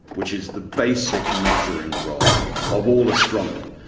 which is the basic measuring rod of all astronomy.